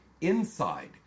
inside